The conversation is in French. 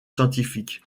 scientifiques